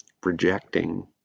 projecting